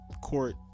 court